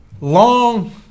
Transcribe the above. long